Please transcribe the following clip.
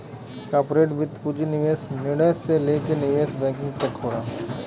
corporate वित्त पूंजी निवेश निर्णय से लेके निवेश बैंकिंग तक होला